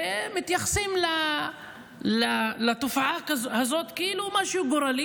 ומתייחסים לתופעה הזאת כאל משהו גורלי,